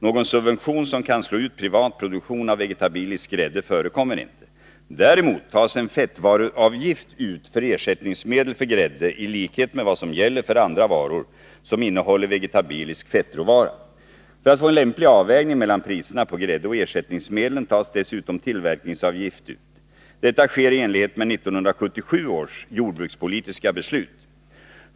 Någon subvention som kan slå ut privat produktion av vegetabilisk grädde förekommer inte. Däremot tas en fettvaruavgift ut för ersättningsmedel för grädde i likhet med vad som gäller för andra varor som innehåller vegetabilisk fettråvara. För att få en lämplig avvägning mellan priserna på grädde och ersättningsmedlen tas dessutom tillverkningsavgift ut. Detta sker i enlighet med 1977 års jordbrukspolitiska beslut.